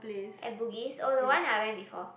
at Bugis oh the one that I went before